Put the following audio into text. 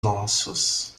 nossos